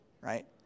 right